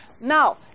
Now